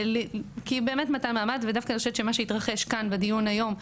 דווקא אני חושבת שמה שהתרחש כאן בדיון היום,